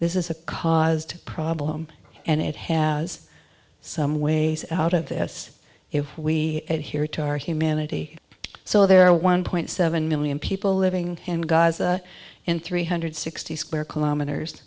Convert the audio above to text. this is a caused problem and it has some ways out of this if we adhere to our humanity so there are one point seven million people living in gaza in three hundred sixty square kilometers